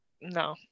no